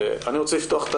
אני רוצה לפתוח עם